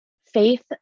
faith